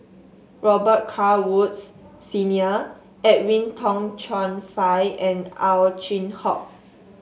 Robet Carr Woods Senior Edwin Tong Chun Fai and Ow Chin Hock